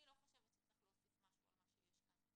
אני לא חושבת שצריך להוסיף משהו על מה שיש כאן,